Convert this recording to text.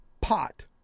pot